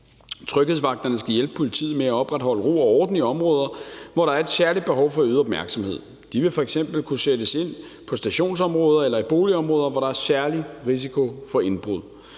Tryghedsvagterne skal hjælpe politiet med at opretholde ro og orden i områder, hvor der er et særligt behov for øget opmærksomhed. De vil f.eks. kunne sættes ind på stationsområder eller i boligområder, hvor der er særlig risiko for indbrud.